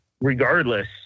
regardless